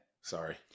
Sorry